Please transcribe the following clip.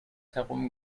herum